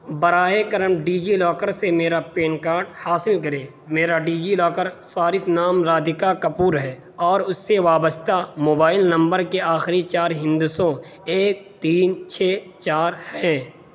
براہ کرم DigiLocker سے میرا پین کاڈ حاصل کریں میرا ڈی جی لاکر صارف نام رادکھا کپور ہے اور اس سے وابستہ موبائل نمبر کے آخری چار ہندسوں ایک تین چھ چار ہے